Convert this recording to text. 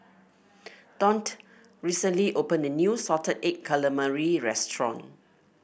Daunte recently opened a new Salted Egg Calamari restaurant